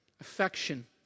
Affection